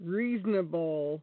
reasonable